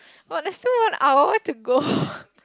but there's stil one hour to go